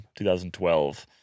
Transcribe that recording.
2012